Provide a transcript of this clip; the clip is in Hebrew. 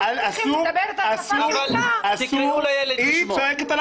אנחנו צריכים --- היא צועקת עלי